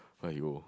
!aiyo!